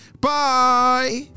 Bye